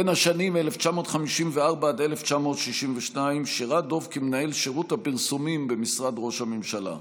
בין השנים 1954 עד 1962 שירת דב כמנהל שירות הפרסומים במשרד ראש הממשלה.